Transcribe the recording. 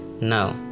no